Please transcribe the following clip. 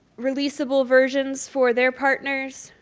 releasable versions for their partners,